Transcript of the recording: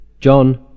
john